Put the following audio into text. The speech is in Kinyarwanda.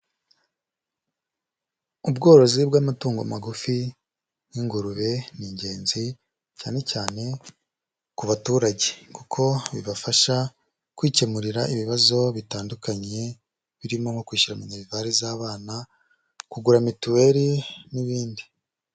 Ubworozi bw'amatungo magufi nk'ingurube ni ingenzi, cyane cyane ku baturage kuko bibafasha kwikemurira ibibazo bitandukanye birimo nko kwishyura minerivare z'abana, kugura mituweri n'ibindi.